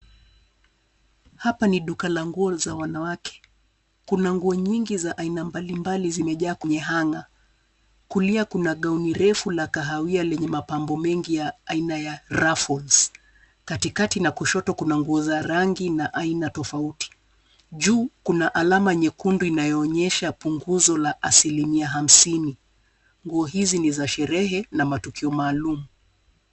Hapa ni duka la nguo za wanawake, kuna nguo nyingi za aina mbalimbali zimejaa kwenye hanger , kulia kuna gauni refu la kahawia lenye mapambo mengi ya aina ya ruffles , katikati na kushoto kuna nguo za rangi na aina tofauti. Juu kuna alama nyekundu inayoonyesha punguzo la asilimia hamsini. Nguo hizi ni za sherehe na matukio maalum.